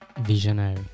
visionary